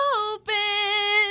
open